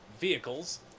vehicles